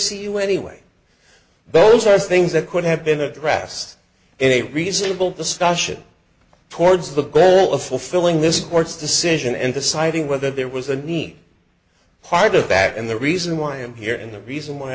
see you anyway those are things that could have been addressed in a reasonable discussion towards the goal of fulfilling this court's decision and deciding whether there was a need part of back and the reason why i'm here and the reason why